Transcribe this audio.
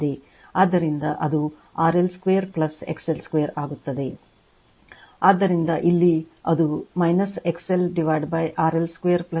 ಆದ್ದರಿಂದ ಅದು RL2 XL2ಆಗುತ್ತದೆ ಆದ್ದರಿಂದ ಇಲ್ಲಿ ಅದು XLRL2 XL2 ಕಾಲ್ಪನಿಕ ಸೈಡ್